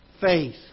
faith